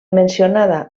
mencionada